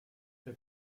der